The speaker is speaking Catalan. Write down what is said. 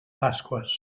pasqües